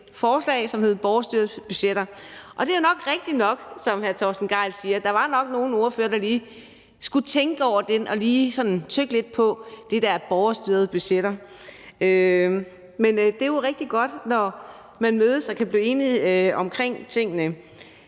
forslag om borgerstyrede budgetter. Og det er rigtigt, som hr. Torsten Gejl siger, at der nok var nogle ordførere, der lige skulle tænke over det og lige skulle sådan tygge på det der med borgerstyrede budgetter. Men det er jo rigtig godt, når man mødes og kan blive enige om tingene.